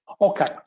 Okay